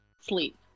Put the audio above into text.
sleep